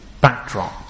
backdrop